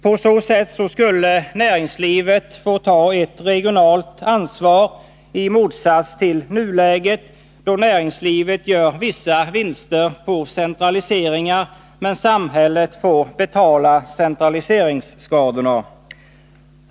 På så sätt skulle näringslivet få ta ett regionalt ansvar — i motsats till nuläget, då näringslivet gör vissa vinster på centraliseringen men samhället får betala centraliseringsskadorna.